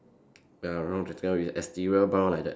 ya long rectangle with exterior bound like that